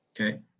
Okay